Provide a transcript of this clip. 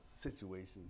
situations